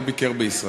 לא ביקרו בישראל.